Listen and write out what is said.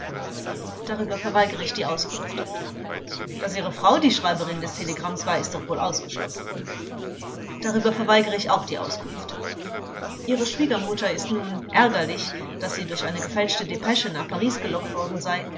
darüber verweigere ich die auskunft vors daß ihre frau die schreiberin des telegramms war ist doch wohl ausgeschlossen angekl darüber verweigere ich auch die auskunft kunft vors ihre schwiegermutter ist nun ärgerlich daß sie durch eine gefälschte depesche nach paris gelockt worden sei